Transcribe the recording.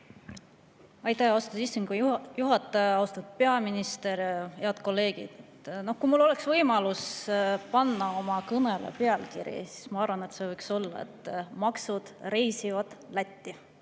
Aitäh, austatud istungi juhataja! Austatud peaminister! Head kolleegid! Kui mul oleks võimalus panna oma kõnele pealkiri, siis ma arvan, et see võiks olla "Maksud reisivad Lätti".